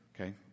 okay